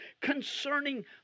concerning